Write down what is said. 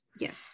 Yes